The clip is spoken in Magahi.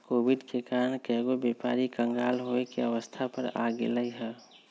कोविड के कारण कएगो व्यापारी क़ँगाल होये के अवस्था पर आ गेल हइ